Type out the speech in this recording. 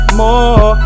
more